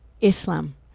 islam